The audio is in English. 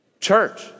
Church